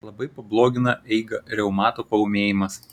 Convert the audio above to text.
labai pablogina eigą reumato paūmėjimas